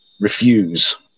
refuse